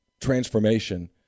transformation